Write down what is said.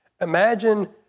Imagine